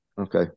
Okay